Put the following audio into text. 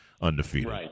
undefeated